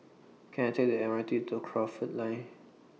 Can I Take The M R T to Crawford Lane